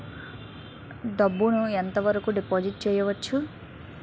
డబ్బు ను ఎంత వరకు డిపాజిట్ చేయవచ్చు?